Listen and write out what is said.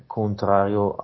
contrario